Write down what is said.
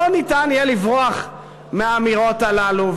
לא יהיה אפשר לברוח מהאמירות הללו,